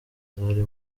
ziri